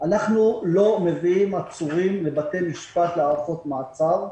- אנחנו לא מביאים עצורים לבתי משפט להארכות מעצר,